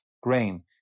grain